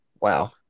Wow